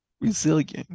resilient